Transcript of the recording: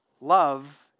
Love